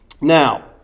Now